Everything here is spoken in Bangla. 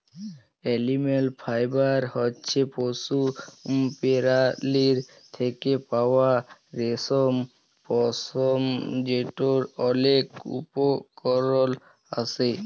এলিম্যাল ফাইবার হছে পশু পেরালীর থ্যাকে পাউয়া রেশম, পশম যেটর অলেক উপকরল আসে